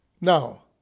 Now